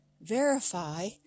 verify